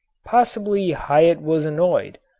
possibly hyatt was annoyed,